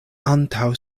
antaŭ